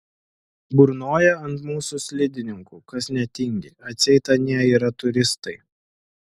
burnoja ant mūsų slidininkų kas netingi atseit anie yra turistai